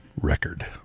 record